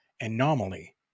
anomaly